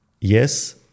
yes